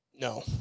No